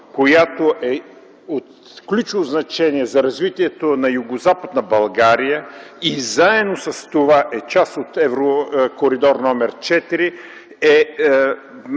която е от ключово значение за развитието на Югозападна България и заедно с това е част от Еврокоридор № 4,